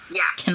yes